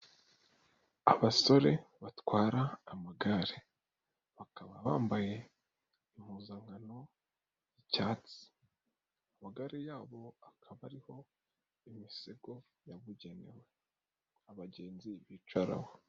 Abasore batwara amagare, bakaba bambaye impuzankano y'icyatsi, amagare yabo akaba ariho imisego yabugenewe abagenzi bicaraho.